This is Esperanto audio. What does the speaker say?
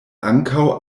ankaŭ